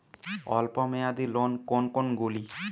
অল্প মেয়াদি লোন কোন কোনগুলি?